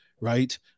right